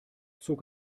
zog